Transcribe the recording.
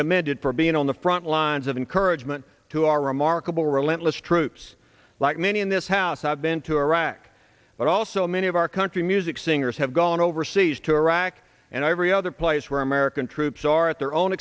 commended for being on the front lines of encouragement to our remarkable relentless troops like many in this house i've been to iraq but also many of our country music singers have gone overseas to iraq and every other place where american troops are at their own